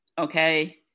Okay